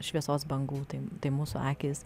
šviesos bangų tai tai mūsų akys